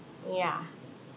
yeah